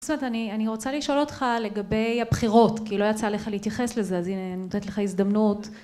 אני..אני רוצה לשאול אותך לגבי הבחירות כי לא יצא לך להתייחס לזה אז הנה נותנת לך הזדמנות